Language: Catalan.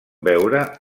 veure